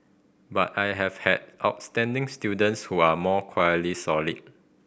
but I have had outstanding students who are more quietly solid